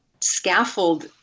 scaffold